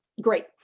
Great